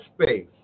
space